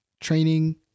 training